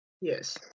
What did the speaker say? Yes